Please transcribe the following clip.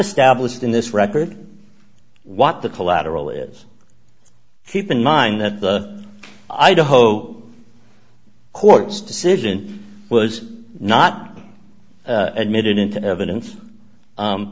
established in this record what the collateral is keep in mind that the i do hope court's decision was not admitted into evidence